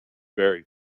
very